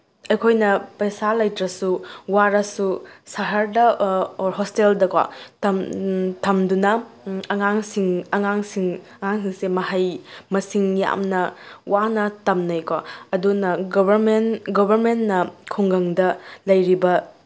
ꯑꯩꯈꯣꯏꯅ ꯄꯩꯁꯥ ꯂꯩꯇ꯭ꯔꯁꯨ ꯋꯥꯔꯁꯨ ꯁꯍꯔꯗ ꯑꯣꯔ ꯍꯣꯁꯇꯦꯜꯗꯀꯣ ꯊꯝꯗꯨꯅ ꯑꯉꯥꯡꯁꯤꯡ ꯑꯉꯥꯡꯁꯤꯡ ꯑꯉꯥꯡꯁꯤꯡꯁꯦ ꯃꯍꯩ ꯃꯁꯤꯡ ꯌꯥꯝꯅ ꯋꯥꯅ ꯇꯝꯅꯩꯀꯣ ꯑꯗꯨꯅ ꯒꯕꯔꯃꯦꯟ ꯒꯕꯔꯃꯦꯟꯅ ꯈꯨꯡꯒꯪꯗ ꯂꯩꯔꯤꯕ